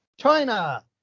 China